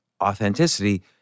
authenticity